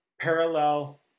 parallel